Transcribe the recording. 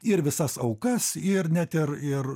ir visas aukas ir net ir ir